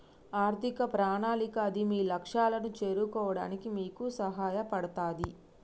ఆర్థిక ప్రణాళిక అది మీ లక్ష్యాలను చేరుకోవడానికి మీకు సహాయపడతది